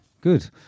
good